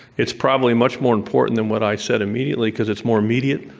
it's probably much more important than what i said immediately because it's more immediate.